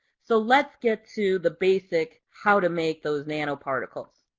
so let's get to the basic how to make those nanoparticles.